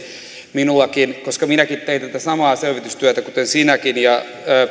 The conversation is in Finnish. minullakin koska minäkin tein tätä samaa selvitystyötä kuin sinäkin ja